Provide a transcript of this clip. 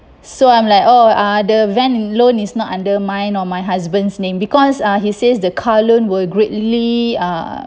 so I'm like oh uh the van loan is not under mine or my husband's name because uh he says the car loan will greatly uh